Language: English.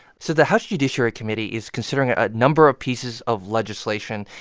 so the house judiciary committee is considering a number of pieces of legislation,